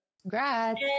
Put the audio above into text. Congrats